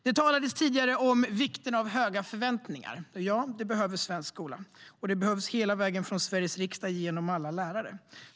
Det talades tidigare om vikten av höga förväntningar. Ja, det behöver svensk skola. Och det behövs hela vägen från Sveriges riksdag genom alla lärare.